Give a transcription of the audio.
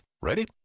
ready